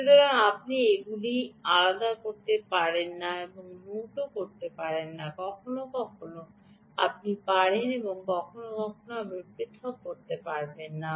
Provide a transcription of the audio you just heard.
সুতরাং আপনি এগুলি আলাদা করতে পারবেন না যে এটি নোট করতে হবে কখনও কখনও আপনি পারেন এবং কখনও কখনও আপনি পৃথক করতে পারবেন না